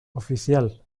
oficial